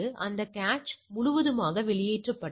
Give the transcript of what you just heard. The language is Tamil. அந்த கேச் முழுவதுமாக வெளியேற்றப்பட்டது